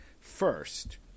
first